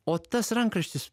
o tas rankraštis